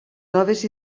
noves